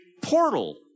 portal